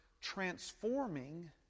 transforming